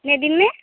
कितने दिन में